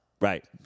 Right